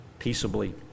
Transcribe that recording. peaceably